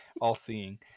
all-seeing